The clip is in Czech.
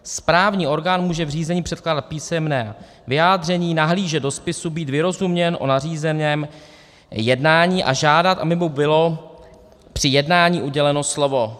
Správní orgán může v řízení předkládat písemné vyjádření, nahlížet do spisu, být vyrozuměn o nařízeném jednání a žádat, aby mu bylo při jednání uděleno slovo.